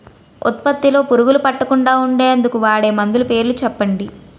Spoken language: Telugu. ఉత్పత్తి లొ పురుగులు పట్టకుండా ఉండేందుకు వాడే మందులు పేర్లు చెప్పండీ?